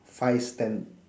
five stan